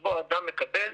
שבו אדם מקבל